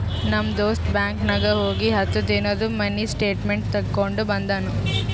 ನಮ್ ದೋಸ್ತ ಬ್ಯಾಂಕ್ ನಾಗ್ ಹೋಗಿ ಹತ್ತ ದಿನಾದು ಮಿನಿ ಸ್ಟೇಟ್ಮೆಂಟ್ ತೇಕೊಂಡ ಬಂದುನು